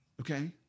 okay